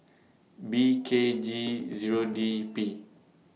B K G Zero D P